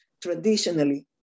traditionally